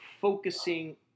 focusing